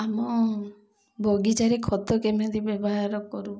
ଆମ ବଗିଚାରେ ଖତ କେମିତି ବ୍ୟବହାର କରୁ